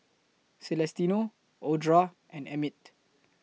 Celestino Audra and Emmitt